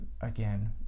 again